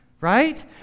Right